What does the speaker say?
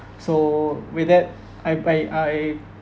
so with that I by I